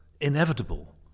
inevitable